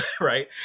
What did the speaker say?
right